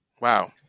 wow